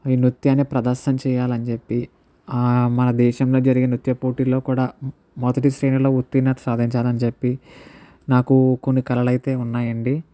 ఈ నృత్యాన్ని ప్రదర్శన చెయ్యాలని చెప్పి మన దేశంలో జరిగే నృత్య పోటీల్లో కూడా మొదటి శ్రేణిలో ఉత్తీర్ణత సాధించాలని చెప్పి నాకు కొన్ని కలలు అయితే ఉన్నాయి అండి